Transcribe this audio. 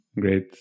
Great